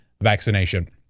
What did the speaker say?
vaccination